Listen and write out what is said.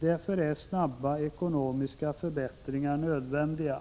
Därför är snara ekonomiska förbättringar nödvändiga.